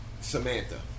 Samantha